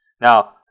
Now